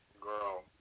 girl